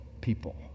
people